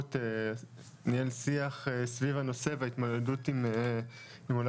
התיירות ניהל שיח סביב הנושא בהתמודדות עם עולם